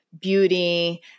beauty